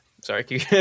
Sorry